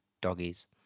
doggies